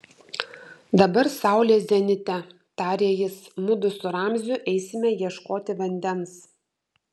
dabar saulė zenite tarė jis mudu su ramziu eisime ieškoti vandens